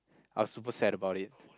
I was super sad about it